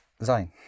sein